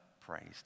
praised